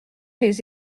les